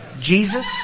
Jesus